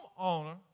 homeowner